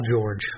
George